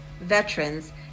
veterans